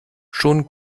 schon